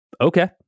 okay